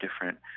different